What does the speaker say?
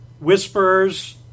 whispers